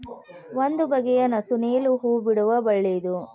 ಒಂದು ಬಗೆಯ ನಸು ನೇಲು ಹೂ ಬಿಡುವ ಬಳ್ಳಿ ಇದು